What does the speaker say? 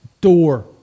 door